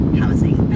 housing